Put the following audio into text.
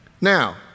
Now